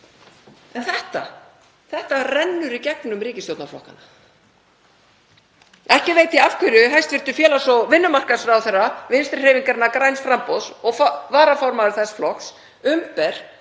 en þetta rennur í gegnum ríkisstjórnarflokkana. Ekki veit ég af hverju hæstv. félags- og vinnumarkaðsráðherra Vinstrihreyfingarinnar – græns framboðs og varaformaður þess flokks umber